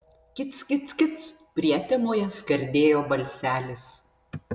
kic kic kic prietemoje skardėjo balselis